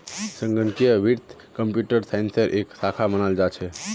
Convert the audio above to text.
संगणकीय वित्त कम्प्यूटर साइंसेर एक शाखा मानाल जा छेक